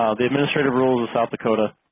ah the administrative rules of south dakota